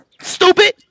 Stupid